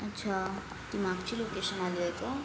अच्छा ती मागची लोकेशन आली आहे का